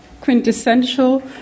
quintessential